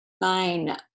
Fine